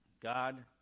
God